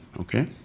okay